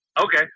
Okay